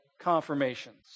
confirmations